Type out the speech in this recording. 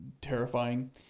terrifying